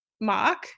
Mark